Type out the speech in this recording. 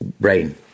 brain